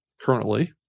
currently